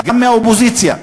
גם מהאופוזיציה,